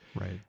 Right